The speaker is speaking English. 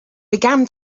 began